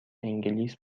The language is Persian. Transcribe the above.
انگلیس